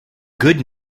good